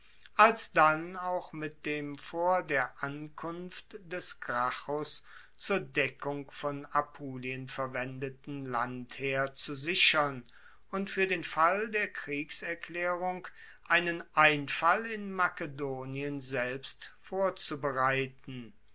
alsdann auch mit dem vor der ankunft des gracchus zur deckung von apulien verwendeten landheer zu sichern und fuer den fall der kriegserklaerung einen einfall in makedonien selbst vorzubereiten